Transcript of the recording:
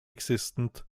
existent